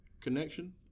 connection